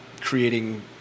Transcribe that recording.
creating